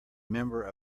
member